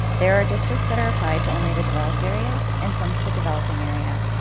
there are districts that are applied to only the developed area and some to the developing area.